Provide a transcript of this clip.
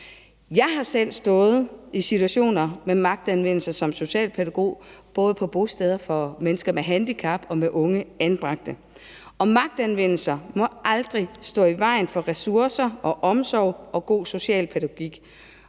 der er blevet brugt magtanvendelse, både på bosteder for mennesker med handicap og med unge anbragte, og magtanvendelser må aldrig stå i vejen for ressourcer, omsorg og god socialpædagogik,